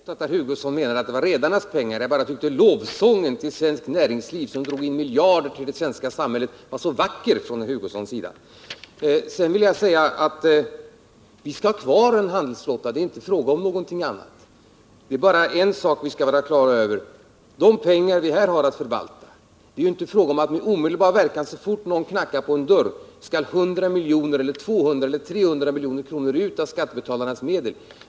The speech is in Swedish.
Herr talman! Jag har inte heller trott att herr Hugosson menar att det var redarnas pengar. Jag bara tyckte att lovsången från herr Hugossons sida till svenskt näringsliv, som drog in miljarder till det svenska samhället, var så vacker. Vi skall ha kvar en svensk handelsflotta — det är inte fråga om någonting annat. Det är bara en sak vi skall vara klara över: När det gäller de pengar vi här har att förvalta är det inte fråga om att med omedelbar verkan, så fort någon knackar på en dörr betala ut 100, 200 eller 300 miljoner av skattebetalarnas medel.